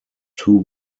two